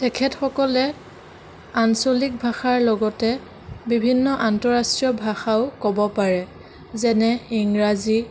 তেখেতসকলে আঞ্চলিক ভাষাৰ লগতে বিভিন্ন আন্তঃৰাষ্ট্ৰীয় ভাষাও ক'ব পাৰে যেনে ইংৰাজী